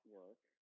work